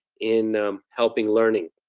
in helping learning.